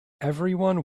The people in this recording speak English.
everyone